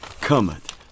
cometh